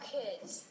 kids